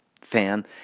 fan